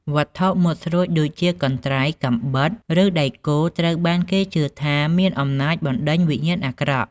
វត្ថុមុតស្រួចដូចជាកន្ត្រៃ កាំបិត ឬដែកគោល ត្រូវបានគេជឿថាមានអំណាចបណ្ដេញវិញ្ញាណអាក្រក់។